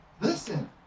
listen